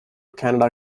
canada